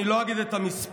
אני לא אגיד את המספר,